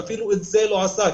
ואפילו את זה לא עשה.